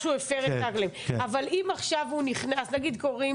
נגיד קוראים